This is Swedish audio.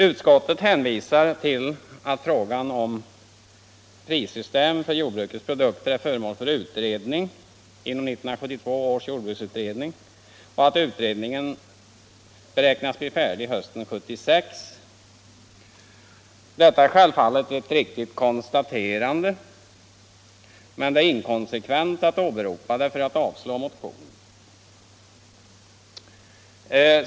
Utskottet hänvisar till att frågan om prissystem för jordbrukets produkter är föremål för utredning inom 1972 års jordbruksutredning och att utredningen beräknas bli färdig hösten 1976. Detta är självfallet ett riktigt konstaterande, men det är inkonsekvent att åberopa det för att avstyrka motionen.